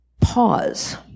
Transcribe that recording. pause